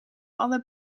alle